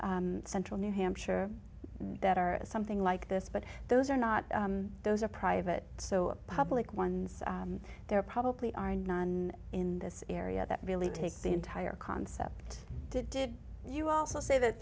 or central new hampshire that are something like this but those are not those are private so a public ones there probably are none in this area that really take the entire concept did did you also say that